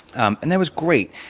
um and that was great.